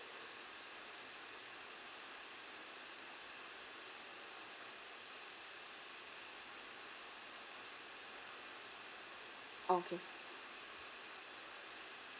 okay